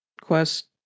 quest